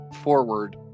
forward